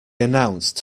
announced